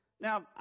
Now